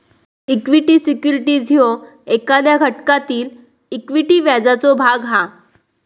equity securities ह्यो एखाद्या घटकातील इक्विटी व्याजाचो भाग हा